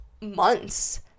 months